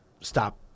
stop